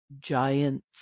giants